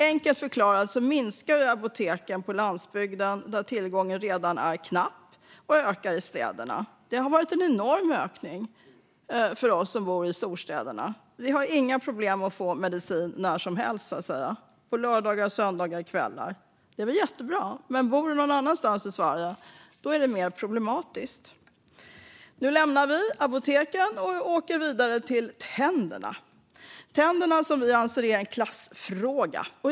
Enkelt förklarat minskar antalet apotek på landsbygden, där tillgången redan är knapp, och ökar i städerna. Det har varit en enorm ökning för oss som bor i storstäderna. Vi har inga problem att få medicin när som helst på lördagar, söndagar och kvällar. Det är väl jättebra. Men bor du någon annanstans i Sverige är det mer problematiskt. Nu lämnar vi apoteken och åker vidare till tänderna. Vi anser att tänderna är en klassfråga.